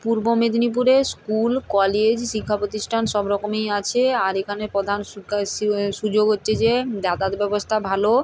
পূর্ব মেদিনীপুরে school college শিক্ষা প্রতিষ্ঠান সব রকমই আছে আর এখানে প্রধান এ সুযোগ হচ্ছে যে যাতায়াত ব্যবস্থা ভালো